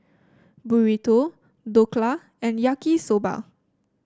Burrito Dhokla and Yaki Soba